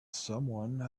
someone